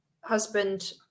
husband